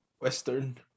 Western